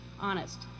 honest